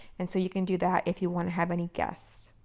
and so you can do that if you want to have any guest.